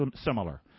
similar